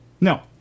No